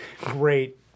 great